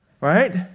right